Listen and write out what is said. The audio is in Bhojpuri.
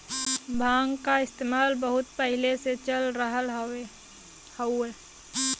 भांग क इस्तेमाल बहुत पहिले से चल रहल हउवे